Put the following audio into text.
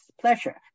pleasure